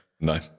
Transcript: No